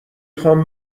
خوام